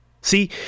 See